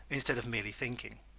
instead of merely thinking.